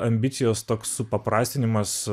ambicijos toks supaprastinimas